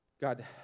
God